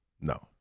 No